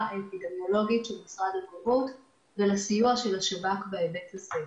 האפידמיולוגית של משרד הבריאות ולסיוע של השב"כ בהיבט הזה.